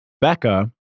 Becca